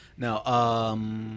Now